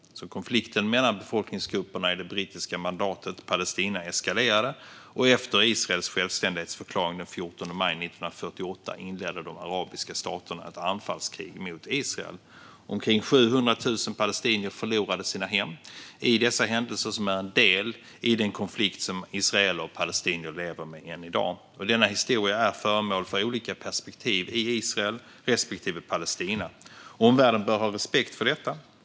Konflikten mellan befolkningsgrupperna i det brittiska mandatet Palestina eskalerade, och efter Israels självständighetsförklaring den 14 maj 1948 inledde de arabiska staterna ett anfallskrig mot Israel. Omkring 700 000 palestinier förlorade sina hem i dessa händelser, som är en del i den konflikt som israeler och palestinier lever med än i dag. Denna historia är föremål för olika perspektiv i Israel respektive Palestina. Omvärlden bör ha respekt för detta.